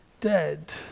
dead